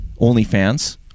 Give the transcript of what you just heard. OnlyFans